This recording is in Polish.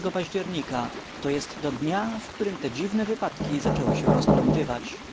go października to jest do dnia w którym te dziwne wypadki zaczęły się rozplątywać